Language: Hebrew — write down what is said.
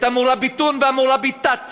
את ה"מוראביטון" וה"מורביטאת",